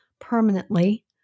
permanently